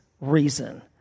reason